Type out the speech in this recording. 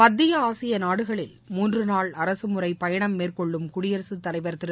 மத்திய ஆசிய நாடுகளில் மூன்று நாள் அரசுமுறை பயணம் மேற்கொள்ளும் குடியரசுத் தலைவா் திரு